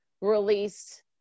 released